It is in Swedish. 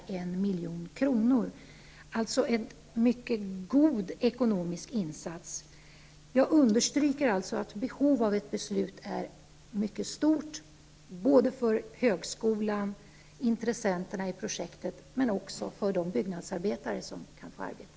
Det är alltså en mycket god ekonomisk insats. Jag understryker alltså att behovet av ett beslut är mycket stort, både för högskolan och för intressenterna i projektet men också för de byggnadsarbetare som kan få arbete.